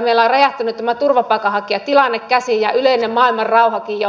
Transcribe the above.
kun meillä on räjähtänyt tämä turvapaikanhakijatilanne käsiin ja yleinen maailmanrauhakin